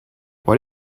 what